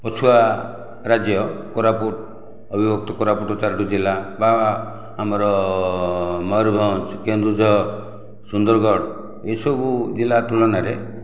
ପଛୁଆ ରାଜ୍ୟ କୋରାପୁଟ ଅବିଭକ୍ତ କୋରାପୁଟ ଚାରୋଟି ଜିଲ୍ଲା ବା ଆମର ମୟୂରଭଞ୍ଜ କେନ୍ଦୁଝର ସୁନ୍ଦରଗଡ଼ ଏହିସବୁ ଜିଲ୍ଲା ତୁଳନାରେ